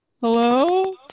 Hello